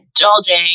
indulging